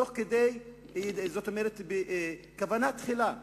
בכוונה תחילה,